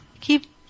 Keep